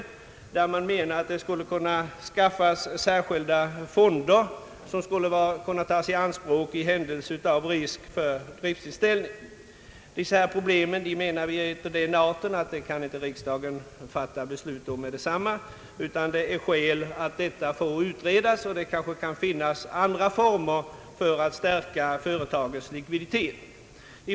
Motionärerna menar att det skulle kunna skapas särskilda fonder som skulle kunna tas i anspråk i händelse av risk för driftsinställelse. Vi menar att dessa problem är av den art att riksdagen inte kan fatta beslut om dem med detsamma, utan det är skäl att de får utredas. Det kanske kan finnas andra former för att stärka företagens likviditet.